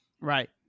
Right